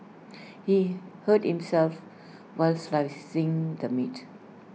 he hurt himself while slicing the meat